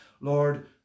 lord